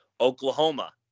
Oklahoma